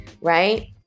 right